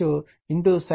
8 డిగ్రీలు